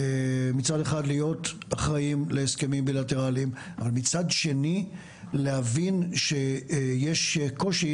מצד אחד להיות אחראים להסכמים בילטרליים אבל מצד שני להבין שיש קושי